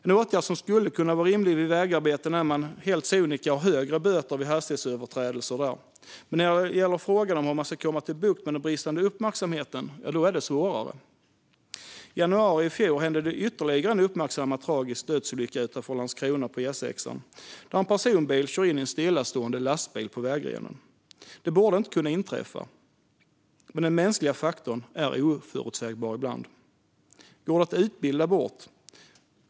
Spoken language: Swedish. En åtgärd som skulle kunna vara rimlig vid vägarbeten är att man helt sonika har högre böter för hastighetsöverträdelser där. Men när det gäller hur man ska få bukt med den bristande uppmärksamheten är det svårare. I januari i fjol hände ytterligare en uppmärksammad tragisk dödsolycka, på E6 utanför Landskrona, där en personbil körde in i en stillastående lastbil på vägrenen. Sådant borde inte kunna inträffa, men den mänskliga faktorn är oförutsägbar ibland. Går detta att utbilda bort?